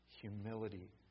humility